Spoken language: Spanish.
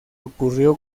ocurrió